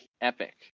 epic